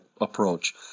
approach